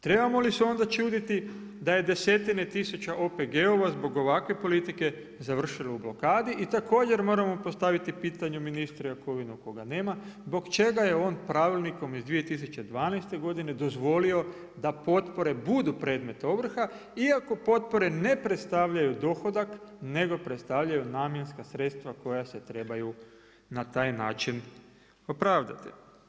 Trebamo li se onda čuditi da je desetine tisuća OPG-ova zbog ovakve politike završilo u blokadi, i također moramo postaviti pitanje ministru Jakovini koga nema, zbog čega je on pravilnikom iz 2012. godine dozvolio da potpore budu predmet ovrha iako potpore ne predstavljaju dohodak nego predstavljaju namjenska sredstva koja se trebaju na taj način opravdati?